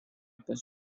pas